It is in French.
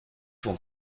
font